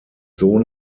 sohn